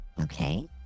Okay